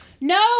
no